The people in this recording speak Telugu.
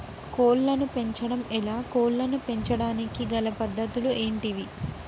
కోళ్లను పెంచడం ఎలా, కోళ్లను పెంచడానికి గల పద్ధతులు ఏంటివి?